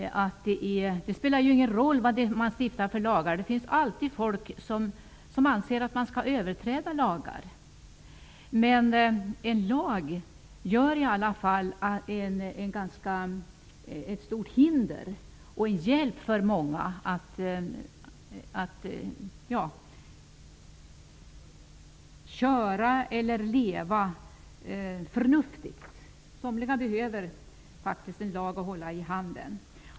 Det spelar ingen roll vad vi stiftar för lagar -- det finns alltid folk som anser att lagar skall överträdas. En lag utgör i alla fall ett stort hinder och är en hjälp för många att leva förnuftigt. Somliga behöver faktiskt en lag att hålla i handen.